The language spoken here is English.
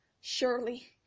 Surely